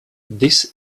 this